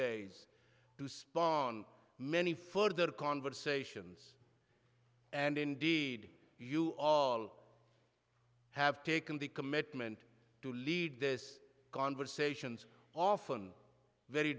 days to spawn many further conversations and indeed you all have taken the commitment to lead this conversations often very